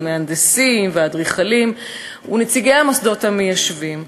המהנדסים והאדריכלים ונציגי המוסדות המיישבים.